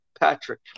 Patrick